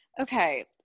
Okay